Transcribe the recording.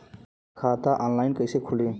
खाता ऑनलाइन कइसे खुली?